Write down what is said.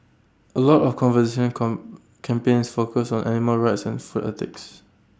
A lot of conservation com campaigns focus on animal rights and food ethics